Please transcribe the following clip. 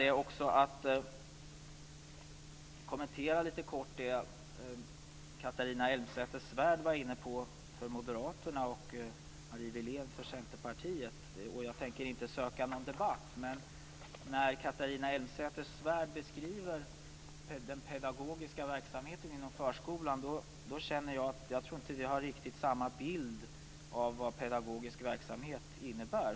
Jag vill kort kommentera det som Catharina Elmsäter-Svärd för moderaternas räkning och Marie Wilén för Centerpartiets räkning var inne på. Jag tänker inte söka någon debatt, men när Catharina Elmsäter-Svärd beskriver den pedagogiska verksamheten inom förskolan, då känner jag att vi nog inte har riktigt samma bild av vad pedagogisk verksamhet innebär.